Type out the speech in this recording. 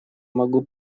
могу